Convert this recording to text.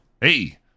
hey